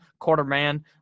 quarterman